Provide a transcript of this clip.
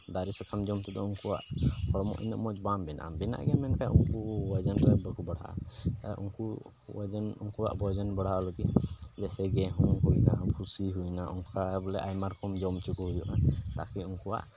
ᱫᱟᱨᱮ ᱥᱟᱠᱟᱢ ᱡᱚᱢ ᱛᱮᱫᱚ ᱩᱱᱠᱩᱣᱟᱜ ᱦᱚᱲᱢᱚ ᱩᱱᱟᱹᱜ ᱢᱚᱡᱽ ᱵᱟᱝ ᱵᱮᱱᱟᱜᱼᱟ ᱵᱮᱱᱟᱜ ᱜᱮᱭᱟ ᱢᱮᱱᱠᱷᱟᱡ ᱩᱱᱠᱩ ᱳᱡᱚᱱ ᱨᱮ ᱵᱟᱠᱚ ᱵᱟᱲᱦᱟᱜᱼᱟ ᱟᱨ ᱩᱱᱠᱩ ᱳᱡᱳᱱ ᱩᱱᱠᱩᱣᱟᱜ ᱳᱡᱳᱱ ᱵᱟᱲᱦᱟᱣ ᱞᱟᱹᱜᱤᱫ ᱡᱮᱭᱥᱮ ᱠᱤ ᱦᱩᱭᱱᱟ ᱯᱩᱥᱤ ᱦᱩᱭᱱᱟ ᱚᱱᱠᱟ ᱵᱚᱞᱮ ᱟᱭᱢᱟ ᱨᱚᱠᱚᱢ ᱡᱚᱢ ᱦᱚᱪᱚ ᱠᱚ ᱦᱩᱭᱩᱜᱼᱟ ᱟᱨᱠᱤ ᱩᱱᱠᱩᱣᱟᱜ